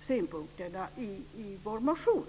synpunkter i vår motion?